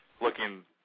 Looking